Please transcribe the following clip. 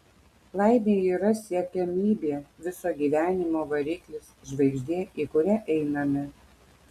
laimė yra siekiamybė viso gyvenimo variklis žvaigždė į kurią einame